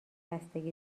بستگی